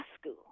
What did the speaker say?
school